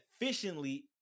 efficiently